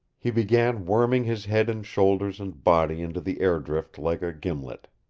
he began worming his head and shoulders and body into the air-drift like a gimlet.